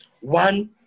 one